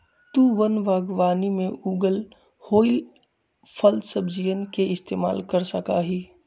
तु वन बागवानी में उगल होईल फलसब्जियन के इस्तेमाल कर सका हीं